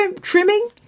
trimming